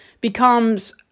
becomes